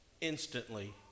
instantly